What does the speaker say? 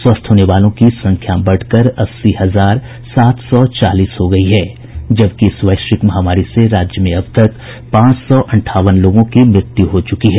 स्वस्थ होने वालों की संख्या बढ़कर अस्सी हजार सात सौ चालीस हो गयी है जबकि इस वैश्विक महामारी से राज्य में अब तक पांच सौ अंठावन लोगों की मृत्यू हो चूकी है